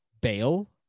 bail